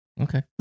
Okay